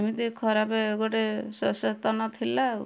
ଏମିତି ଖରାପ ଗୋଟେ ସଚେତନ ଥିଲା ଆଉ